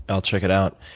i'll check it out.